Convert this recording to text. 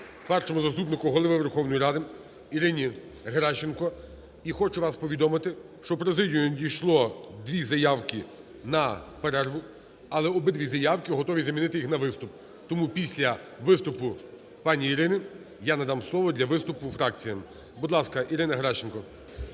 Першому заступнику Голови Верховної Ради Ірині Геращенко. І хочу вас повідомити, що в президію надійшло дві заявки на перерву, але обидві заявки готові замінити їх на виступ. Тому після виступу пані Ірини, я надам слово для виступу фракціям. Будь ласка, Ірина Геращенко.